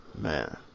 Man